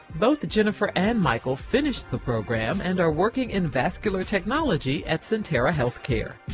both jennifer and michael finished the program and are working in vascular technology at sentara healthcare.